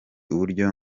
uburyo